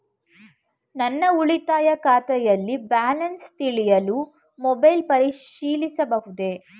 ನನ್ನ ಉಳಿತಾಯ ಖಾತೆಯಲ್ಲಿ ಬ್ಯಾಲೆನ್ಸ ತಿಳಿಯಲು ಮೊಬೈಲ್ ಪರಿಶೀಲಿಸಬಹುದೇ?